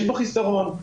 יש בהצעה הזאת חסרון,